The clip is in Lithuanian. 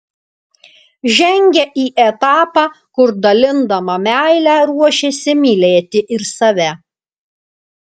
žengia į etapą kur dalindama meilę ruošiasi mylėti ir save